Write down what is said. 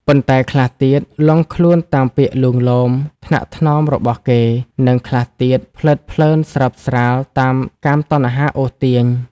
ប៉ុន្តែខ្លះទៀតលង់ខ្លួនតាមពាក្យលួងលោម ថ្នាក់ថ្នមរបស់គេ និងខ្លះទៀតភ្លើតភ្លើនស្រើបស្រាលតាមកាមតណ្ហាអូសទាញ ។